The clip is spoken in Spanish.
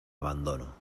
abandono